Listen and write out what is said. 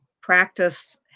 practice